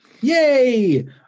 Yay